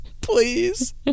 please